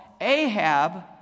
Ahab